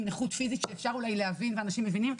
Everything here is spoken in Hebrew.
נכות פיזית שאפשר אולי להבין ואנשים מבינים,